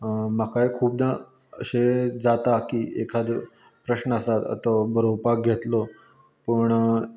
म्हाकाय खुबदां अशें जाता की एखादे प्रस्न आसा तो बरोवपाक घेतलो पूण